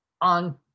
on